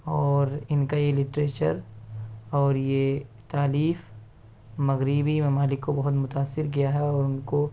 اور ان کا یہ لٹریچر اور یہ تالیف مغریبی ممالک کو بہت متاثر کیا ہے اور ان کو